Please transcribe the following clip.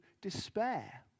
despair